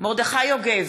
מרדכי יוגב,